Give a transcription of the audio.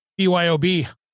BYOB